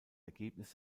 ergebnis